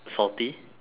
salty